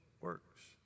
works